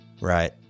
Right